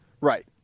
Right